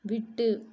விட்டு